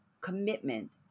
commitment